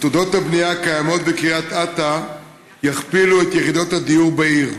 עתודות הבנייה הקיימות בקריית אתא יכפילו את מספר יחידות הדיור בעיר.